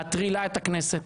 מטרילה את הכנסת.